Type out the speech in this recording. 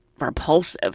repulsive